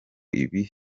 ibigo